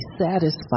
satisfied